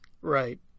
right